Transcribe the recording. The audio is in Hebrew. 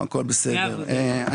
הכול בסדר.